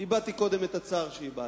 הבעתי קודם את הצער שהבעתי.